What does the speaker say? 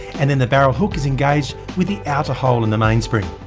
and then the barrel hook is engaged with the outer hole in the mainspring.